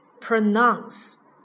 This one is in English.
pronounce